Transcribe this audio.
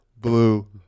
blue